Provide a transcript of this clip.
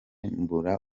mbura